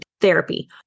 therapy